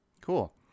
Cool